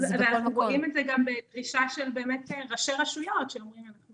ואנחנו רואים את זה גם בדרישה של באמת ראשי רשויות שאומרים אנחנו